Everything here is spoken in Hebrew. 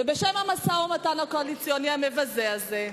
ובשם המשא-ומתן הקואליציוני המבזה הזה,